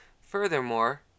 Furthermore